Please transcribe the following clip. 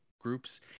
groups